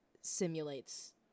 simulates